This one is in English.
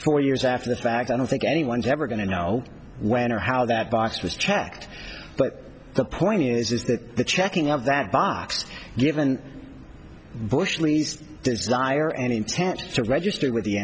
for years after the fact i don't think anyone's ever going to know when or how that box was checked but the point is that the checking of that box given bush league desire and intent to register with the